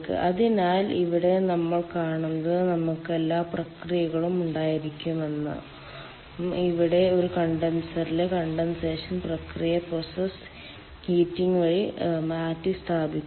അതിനാൽ ഇവിടെ നമ്മൾ കാണുന്നത് നമുക്ക് എല്ലാ പ്രക്രിയകളും ഉണ്ടായിരിക്കുമെന്നും ഇവിടെ ഒരു കണ്ടൻസറിലെ കണ്ടൻസേഷൻ പ്രക്രിയയെ പ്രോസസ്സ് ഹീറ്റിംഗ് വഴി മാറ്റിസ്ഥാപിക്കുന്നു